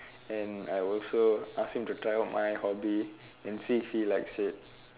and I also ask him to try out my hobby and see if he likes it